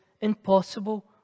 impossible